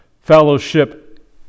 Fellowship